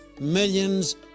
Millions